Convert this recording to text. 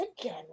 again